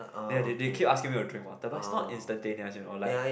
ya they they keep asking me to drink water but it's not instantaneous you know like